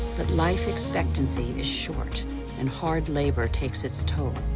but life expectancy is short and hard labor takes its toll.